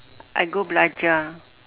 I go belajar